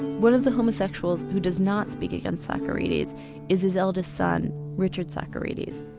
one of the homosexuals who does not speak against socarides is his eldest son richard socarides,